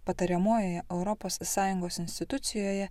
patariamojoje europos sąjungos institucijoje